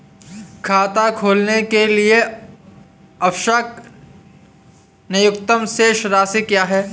खाता खोलने के लिए आवश्यक न्यूनतम शेष राशि क्या है?